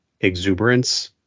exuberance